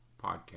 podcast